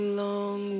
long